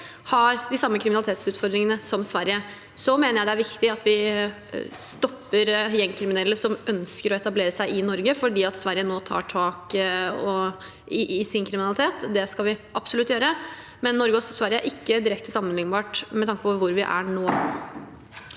har de samme kriminalitetsutfordringene som Sverige. Jeg mener det er viktig at vi stopper gjengkriminelle som ønsker å etablere seg i Norge fordi Sverige nå tar tak i sin kriminalitet. Det skal vi absolutt gjøre. Men Norge og Sverige er ikke direkte sammenlignbare med tanke på der vi er nå.